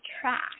track